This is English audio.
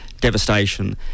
devastation